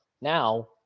now